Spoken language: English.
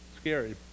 scary